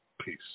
Peace